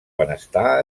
benestar